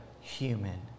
human